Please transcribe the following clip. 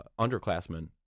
underclassmen